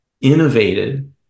innovated